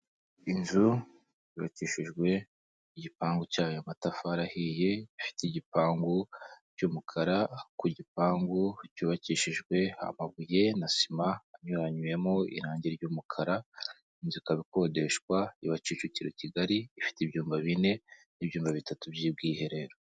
Inzu yubakishijwe igipangu cy'ayo matafari ahiye, ifite igipangu cy'umukara, ku gipangu cyubakishijwe amabuye na sima, anyuranywemo irangi ry'umukara. Inzu ikaba ikodeshwa iba Kicukiro Kigali ifite ibyumba bine n'ibyumba bitatu by'ubwiherero.